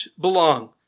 belong